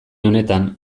honetan